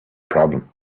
problem